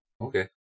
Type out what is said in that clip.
Okay